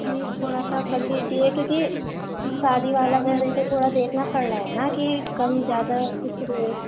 please تھوڑا سا کر لیجیے کیونکہ شادی والا گھر ہے تو تھوڑا دیکھنا پڑ رہا ہے نا کہ کم زیادہ اس لیے